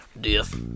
Death